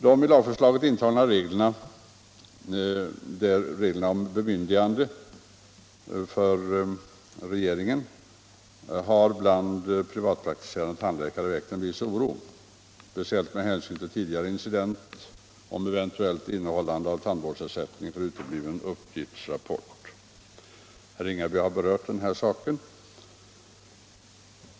De i lagförslaget intagna reglerna om bemyndigande för regeringen har bland privatpraktiserande tandläkare väckt en viss oro, speciellt med hänsyn till en tidigare inträffad incident, som gällde frågan om innehållande av tandvårdsersättning på grund av utebliven uppgiftsrapport. Herr Ringaby har redan berört den saken.